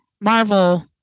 Marvel